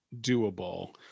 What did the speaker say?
doable